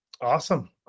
awesome